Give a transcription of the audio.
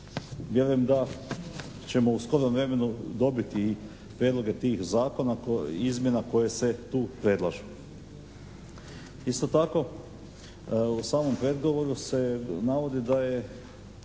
Vjerujem da ćemo u skorom vremenu dobiti i prijedloge tih zakona, izmjena koje se tu predlažu. Isto tako u samom predgovoru se navodi da je